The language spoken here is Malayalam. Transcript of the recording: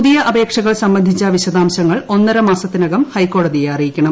പുതിയ അപേക്ഷകൾ സംബന്ധിച്ച വിശദാംശങ്ങൾ ഒന്നരമാസത്തിനകം ഹൈക്കോടതിയെ അറിയിക്കണം